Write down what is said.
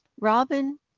Robin